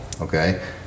okay